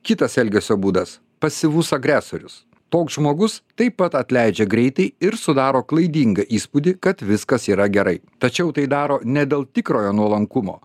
kitas elgesio būdas pasyvus agresorius toks žmogus taip pat atleidžia greitai ir sudaro klaidingą įspūdį kad viskas yra gerai tačiau tai daro ne dėl tikrojo nuolankumo